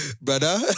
brother